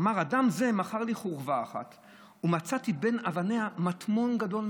אמר: אדם זה מכר לי חורבה אחת ומצאתי בין אבניה מטמון גדול,